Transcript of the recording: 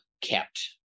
kept